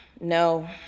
No